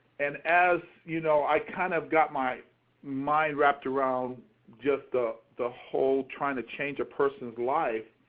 and as, you know, i kind of got my mind wrapped around just the the whole trying to change a person's life,